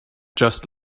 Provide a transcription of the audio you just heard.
just